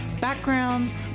backgrounds